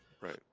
Right